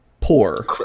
Poor